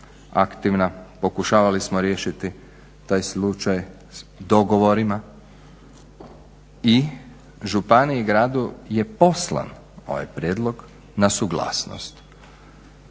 aktivna, pokušavali smo riješiti taj slučaj dogovorima i županiji i gradu je poslan ovaj prijedlog na suglasnost.